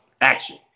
action